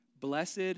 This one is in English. Blessed